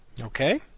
Okay